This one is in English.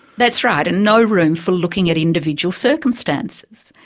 that's right, and no room for looking at individual circumstances.